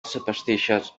superstitious